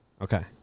Okay